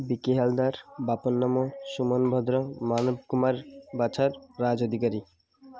ବିକି ହାଲଦାର ବାପନ ନାମ ସୁମନ ଭଦ୍ର ମାନବ କୁମାର ବାଛାର ରାଜ ଅଧିକାରୀ